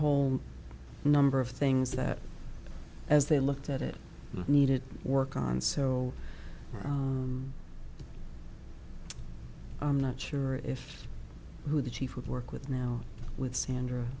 home number of things that as they looked at it needed work on so i'm not sure if who the chief would work with now with sandra